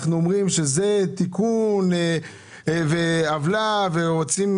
פירוט של כל הרשויות שנמצאות שם, גם הערביות,